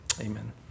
amen